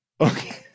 Okay